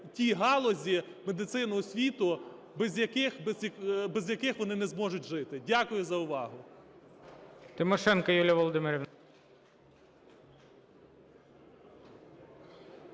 ті галузі медицини, освіти, без яких вони не зможуть жити. Дякую за увагу.